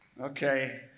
Okay